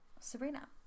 sabrina